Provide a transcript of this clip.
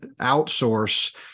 outsource